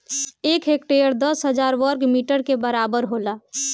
एक हेक्टेयर दस हजार वर्ग मीटर के बराबर होला